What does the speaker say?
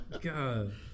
God